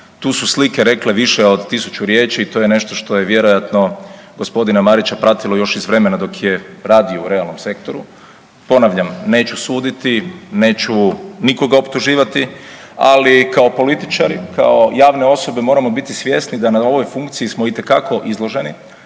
tu su slike rekle više od 1000 riječi i to je nešto što je vjerojatno g. Marića pratilo još iz vremena dok je radio u realnom sektoru. Ponavljam, neću suditi, neću nikoga optuživati, ali kao političari i kao javne osobe moramo biti svjesni da na ovoj funkciji smo itekako izloženi,